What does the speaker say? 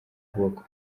ukuboko